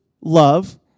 love